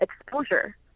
exposure